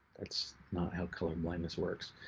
that's not how color blindness works.